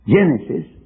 Genesis